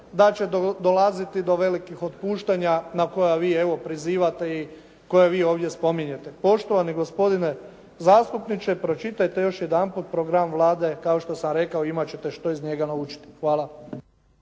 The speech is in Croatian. da će dolaziti do velikih otpuštanja na koja vi evo prizivate i koja vi ovdje spominjete. Poštovani gospodine zastupniče, pročitajte još jedanput program Vlade. Kao što sam rekao imat ćete što iz njega naučiti. Hvala.